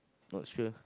not sure